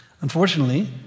Unfortunately